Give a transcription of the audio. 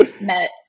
met